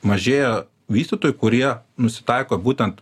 mažėjo vystytojų kurie nusitaiko būtent